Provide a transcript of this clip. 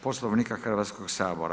Poslovnika Hrvatskog sabora.